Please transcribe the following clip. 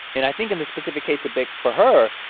and i think in the specific case of bic for her,